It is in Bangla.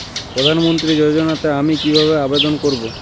প্রধান মন্ত্রী যোজনাতে আমি কিভাবে আবেদন করবো?